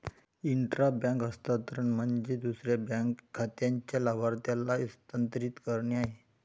intra bank हस्तांतरण म्हणजे दुसऱ्या बँक खात्याच्या लाभार्थ्याला हस्तांतरित करणे आहे